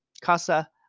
Casa